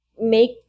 make